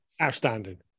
outstanding